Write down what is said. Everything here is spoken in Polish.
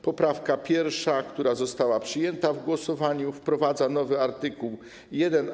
Poprawka pierwsza, która została przyjęta w głosowaniu, wprowadza nowy art. 1a.